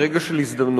ברגע של הזדמנות,